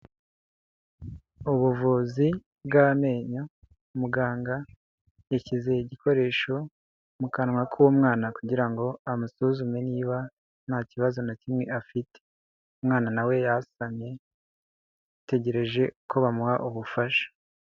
Ubuvuzi bw'amenyo, muganga yashyize igikoresho mu kanwa k'umwana kugira ngo amusuzume niba nta kibazo na kimwe afite, umwana na we yasamye ategereje ko bamuha ubufasha.